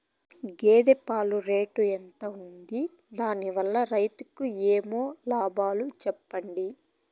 గేదె పాలు రేటు ఎంత వుంది? దాని వల్ల రైతుకు ఏమేం లాభాలు సెప్పండి?